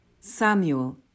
Samuel